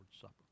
Supper